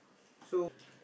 so